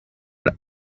roof